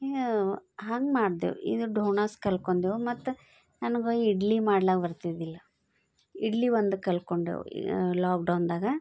ಯ ಹಂಗೆ ಮಾಡಿದೆವು ಈಗ ಡೋನಾಸ್ ಕಲ್ತ್ಕೊಂಡೆವು ಮತ್ತು ನನಗೆ ಇಡ್ಲಿ ಮಾಡ್ಲಿಕ್ಕೆ ಬರ್ತಿದ್ದಿಲ್ಲ ಇಡ್ಲಿ ಒಂದು ಕಲ್ತ್ಕೊಂಡೆವು ಲಾಕ್ಡೌನ್ದಾಗ